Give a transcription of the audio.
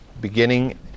beginning